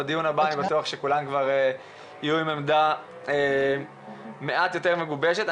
אני בטוח שבדיון הבא כולם כבר יהיו עם עמדה מעט יותר מגובשת.